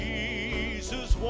Jesus